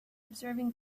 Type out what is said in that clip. observing